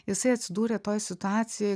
jisai atsidūrė toj situacijoj